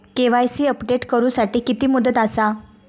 KYC update करू साठी किती मुदत आसा?